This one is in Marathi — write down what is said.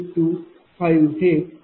81825 आहे तर या इथे SI0